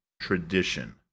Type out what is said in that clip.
tradition